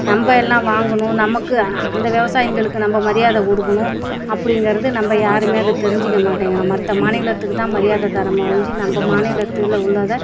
நம்ம என்ன வாங்கணும் நமக்கு அந்த விவசாயிங்களுக்குலாம் நம்ம மரியாதை கொடுக்குணும் அப்படிங்கிறது நம்ம யாருமே அதை தெரிஞ்சிக்க மாட்டேங்கிறோம் மற்ற மாநிலத்துக்கு தான் மரியாதை தர்றமே ஒழிஞ்சி நம்ம மாநிலத்தில் உள்ளதை